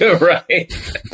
Right